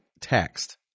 text